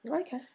Okay